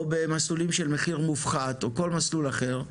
או במסלולים של מחיר מופחת או כל מסלול אחר,